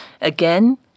Again